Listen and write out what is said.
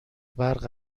برق